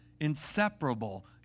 inseparable